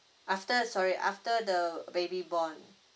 after sorry after the baby born